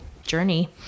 journey